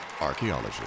Archaeology